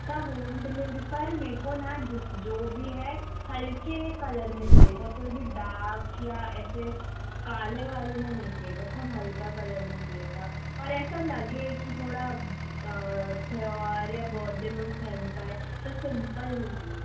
अच्छा home delivery पर मेरे को न जो भी है हल्के कलर में चाहिये था कोई भी डार्क या ऐसे काले वाले में नहीं चाहिये था सब हल्का कलर में चाहिये था और ऐसा लगे कि थोड़ा त्योहार या बहुत दिन वह पहन पाए ऐसा सिम्पल में चाहिये